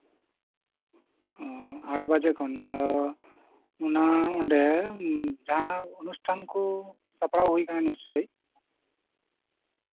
ᱚ ᱟᱴ ᱵᱟᱡᱮ ᱠᱷᱚᱱ ᱚᱱᱟ ᱚᱸᱰᱮ ᱡᱟᱦᱟᱸᱱᱟᱜ ᱚᱱᱩᱥᱴᱷᱟᱱ ᱠᱚ ᱥᱟᱯᱲᱟᱣ ᱦᱩᱭ ᱟᱠᱟᱱᱟ ᱱᱤᱥᱪᱳᱭ